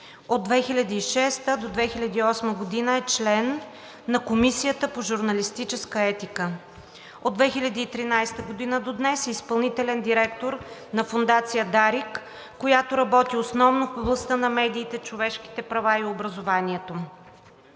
От 2006-а до 2008 г. е член на Комисията по журналистическа етика. От 2013 г. до днес е изпълнителен директор на Фондация „Дарик“, която работи основно в областта на медиите, човешките права и образованието.